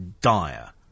dire